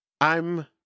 I'm-